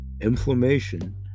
inflammation